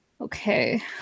Okay